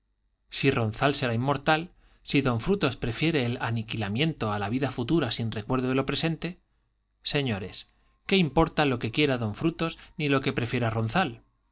si ronzal será inmortal si don frutos prefiere el aniquilamiento a la vida futura sin recuerdo de lo presente señores qué importa lo que quiera don frutos ni lo que prefiera ronzal